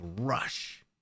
rush